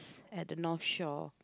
at the North Shore